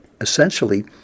Essentially